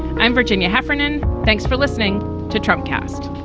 i'm virginia heffernan. thanks for listening to trump cast